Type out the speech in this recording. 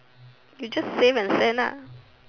you just save and send lah